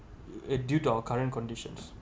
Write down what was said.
uh due to our current conditions